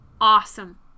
Awesome